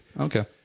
Okay